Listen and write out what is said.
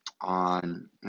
on